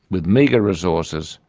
with meagre resources,